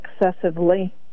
excessively